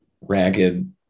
ragged